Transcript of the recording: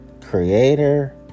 creator